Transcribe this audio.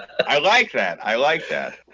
i like that i like that